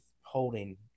holding